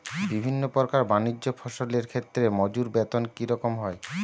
বিভিন্ন প্রকার বানিজ্য ফসলের ক্ষেত্রে মজুর বেতন কী রকম হয়?